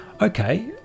okay